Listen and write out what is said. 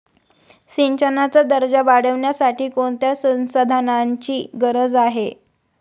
सिंचनाचा दर्जा वाढविण्यासाठी कोणत्या संसाधनांची गरज आहे?